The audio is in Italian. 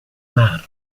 mar